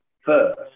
first